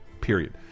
period